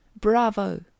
Bravo